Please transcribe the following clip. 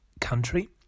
country